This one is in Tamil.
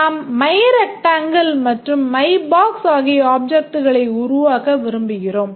நாம் myRectangle மற்றும் myBox ஆகிய ஆப்ஜெக்ட்களை உருவாக்க விரும்புகிறோம்